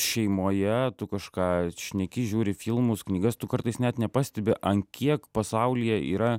šeimoje tu kažką šneki žiūri filmus knygas tu kartais net nepastebi an kiek pasaulyje yra